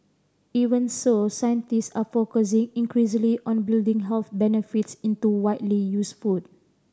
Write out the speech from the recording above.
even so scientists are focusing increasingly on building health benefits into widely used food